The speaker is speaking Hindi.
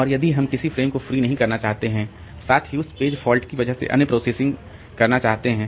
और यदि हम किसी फ्रेम को फ्री नहीं करना चाहते हैं साथ ही पेज फॉल्टकी वजह से अन्य प्रोसेसिंग करना चाहते हैं